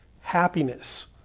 happiness